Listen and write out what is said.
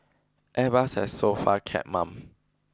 airbus has so far kept mum